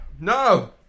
No